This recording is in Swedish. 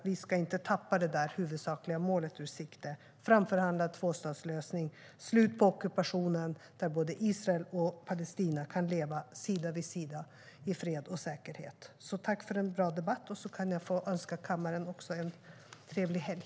Vi ska inte tappa det huvudsakliga målet ur sikte: En framförhandlad tvåstatslösning och ett slut på ockupationen där Israel och Palestina kan leva sida vid sida i fred och säkerhet. Tack för en bra debatt! Jag vill önska kammaren en trevlig helg.